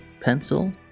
pencil